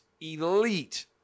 elite